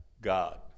God